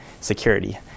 security